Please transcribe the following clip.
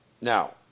Now